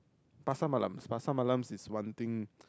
Pasar Malams Pasar Malams is one thing